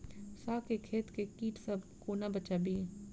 साग केँ खेत केँ कीट सऽ कोना बचाबी?